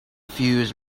fuse